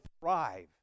thrive